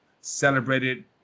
celebrated